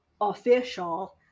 official